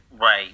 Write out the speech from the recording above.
Right